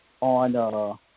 on